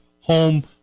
home